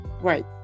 Right